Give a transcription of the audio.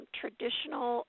traditional